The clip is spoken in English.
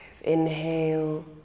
Inhale